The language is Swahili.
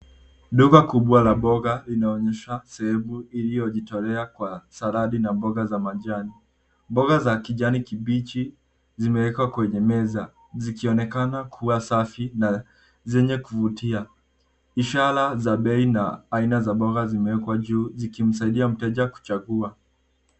Duka kubwa la mboga linaonyesha sehemu iliyojitolea kwa saladi na mboga za majani. Mboga za kijani kibichi zimewekwa kwenye meza zikionekana kuwa safi na zenye kuvutia. Ishara za bei na aina za mboga zimewekwa juu zikimsaidia mteja kuchagua.